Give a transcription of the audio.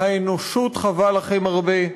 האנושות חבה לכם הרבה.